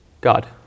God